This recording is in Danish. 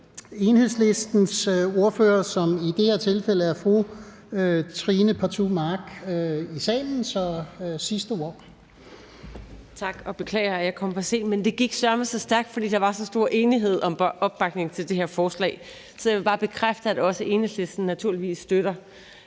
Enhedslistens ordfører, som i det her tilfælde er fru Trine Pertou Mach, i salen. Værsgo. Kl. 14:48 (Ordfører) Trine Pertou Mach (EL): Tak. Beklager, at jeg kom for sent, men det gik søreme så stærkt, fordi der var så stor enighed om opbakningen til det her forslag. Så jeg vil bare bekræfte, at også Enhedslisten naturligvis støtter